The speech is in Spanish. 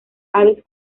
aves